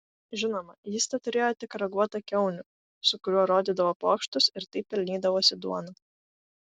žinoma jis teturėjo tik raguotą kiaunių su kuriuo rodydavo pokštus ir taip pelnydavosi duoną